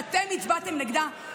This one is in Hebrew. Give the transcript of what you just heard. שאתם הצבעתם נגדה,